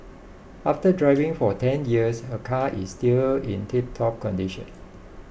after driving for ten years her car is still in tiptop condition